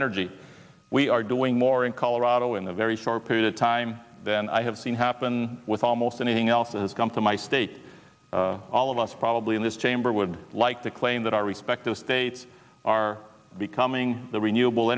energy we are doing more in colorado in a very short period of time than i have seen happen with almost anything else that has come to my state all of us probably in this chamber would like to claim that our respective states are becoming the renewable